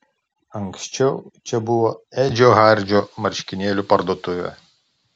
anksčiau čia buvo edžio hardžio marškinėlių parduotuvė